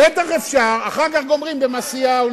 בטח אפשר, אחר כך גומרים ב"מעשיהו".